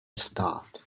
stát